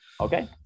okay